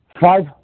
five